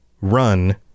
run